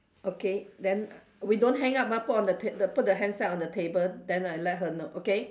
okay then we don't hang up ah put on the ta~ put the handset on the table then I let her know okay